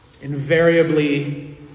invariably